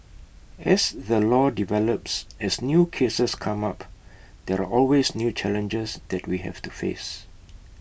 as the law develops as new cases come up there are always new challenges that we have to face